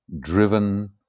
driven